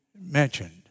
mentioned